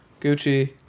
Gucci